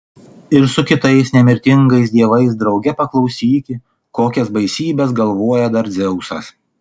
ir su kitais nemirtingais dievais drauge paklausyki kokias baisybes galvoja dar dzeusas